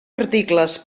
articles